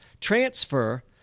transfer